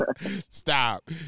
Stop